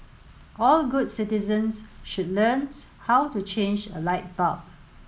all good citizens should learn how to change a light bulb